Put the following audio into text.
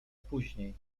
później